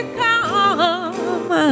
come